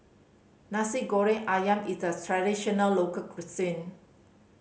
Nasi Goreng Ayam is a traditional local cuisine